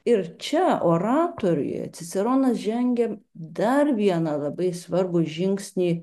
ir čia oratorius ciceronas žengia dar vieną labai svarbų žingsnį